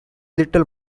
little